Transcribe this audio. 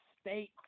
State